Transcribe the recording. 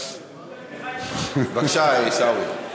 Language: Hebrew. בבקשה, עיסאווי.